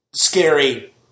scary